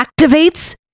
activates